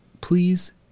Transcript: please